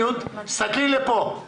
אל